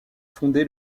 fondé